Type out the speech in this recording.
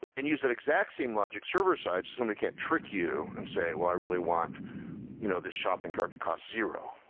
and use that exact same logic server-side so somebody can't trick you and say, well, i really want you know this shopping cart to cost zero,